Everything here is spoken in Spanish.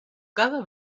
cada